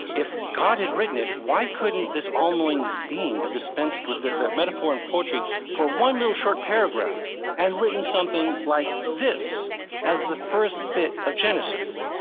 if god had written it, why couldn't this all-knowing being have dispensed with the the metaphor and poetry for one little short paragraph and written something like this as the first bit of genesis.